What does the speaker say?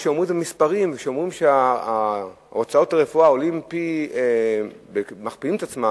כשאומרים את המספרים וכשאומרים שהוצאות הרפואה מכפילות את עצמן,